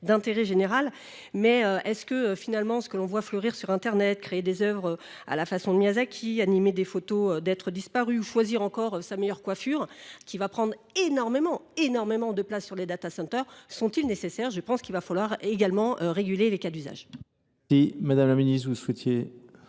d'intérêt général. Mais est-ce que finalement ce que l'on voit fleurir sur Internet, créer des oeuvres à la façon de Miyazaki, animer des photos d'être disparu ou choisir encore sa meilleure coiffure, qui va prendre énormément, énormément de place sur les data centers, sont-ils nécessaires ? Je pense qu'il va falloir également réguler les cas d'usage.